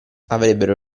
avrebbero